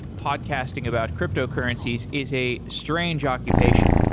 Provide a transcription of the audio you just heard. podcasting about cryptocurrencies is a strange occupation.